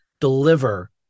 deliver